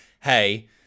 hey